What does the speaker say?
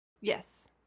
Yes